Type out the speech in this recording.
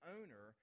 Owner